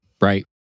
Right